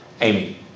Amy